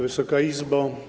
Wysoka Izbo!